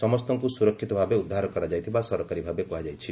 ସମସ୍ତଙ୍କ ସ୍ରରକ୍ଷିତ ଭାବେ ଉଦ୍ଧାର କରାଯାଇଥିବା ସରକାରୀ ଭାବେ କୁହାଯାଇଛି